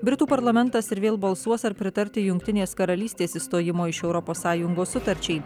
britų parlamentas ir vėl balsuos ar pritarti jungtinės karalystės išstojimo iš europos sąjungos sutarčiai